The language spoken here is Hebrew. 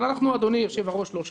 אבל אנחנו, אדוני יושב-הראש, לא שם.